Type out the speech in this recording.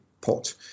pot